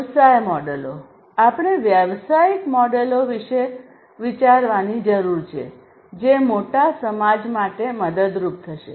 વ્યવસાય મોડેલો આપણે વ્યવસાયિક મોડેલો વિશે વિચારવાની જરૂર છે જે મોટા સમાજ માટે મદદરૂપ થશે